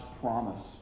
promise